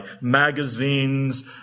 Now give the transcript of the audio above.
magazines